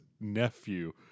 nephew